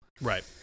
Right